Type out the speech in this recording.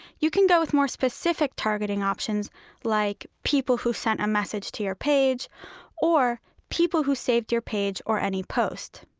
you can go with more specific targeting options like people who sent a message to your page or people who saved your page or any post